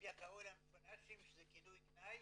באתיופיה קראו להם פלאשים, שזה כינוי גנאי,